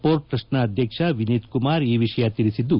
ಮೋರ್ಟ್ ಟ್ರಸ್ಸ್ನ ಅಧ್ಯಕ್ಷ ವಿನೀತ್ ಕುಮಾರ್ ಈ ವಿಷಯ ತಿಳಿಸಿದ್ದು